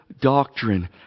doctrine